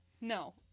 No